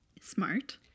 Smart